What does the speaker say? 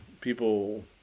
people